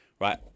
Right